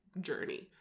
journey